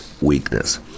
weakness